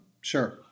Sure